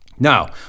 Now